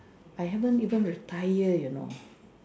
I haven't even retire you know